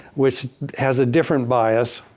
which has a different bias.